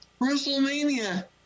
WrestleMania